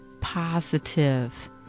positive